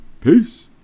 Peace